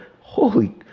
holy